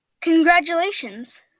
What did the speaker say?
Congratulations